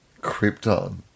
krypton